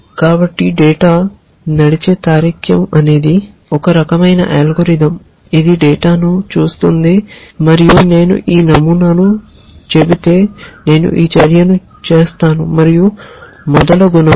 కాబట్టి డేటా నడిచే రీజనింగ్ అనేది ఒక రకమైన అల్గోరిథం ఇది డేటాను చూస్తుంది మరియు నేను ఈ నమూనాను చెబితే నేను ఈ చర్యను చేస్తాను మరియు మొదలగునవి